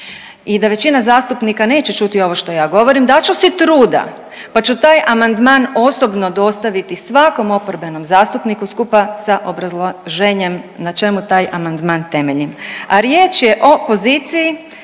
i da većina zastupnika neće čuti ovo što ja govorim dat ću si truda pa ću taj amandman osobno dostaviti svakom oporbenom zastupniku skupa sa obrazloženjem na čemu taj amandman temeljim, a riječ je o poziciji